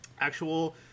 actual